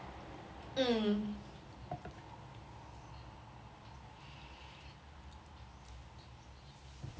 mm